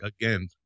again